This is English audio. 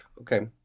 Okay